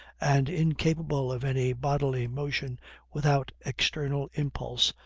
and incapable of any bodily motion without external impulse,